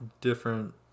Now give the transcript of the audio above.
different